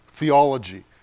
theology